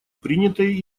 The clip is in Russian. принятое